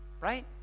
Right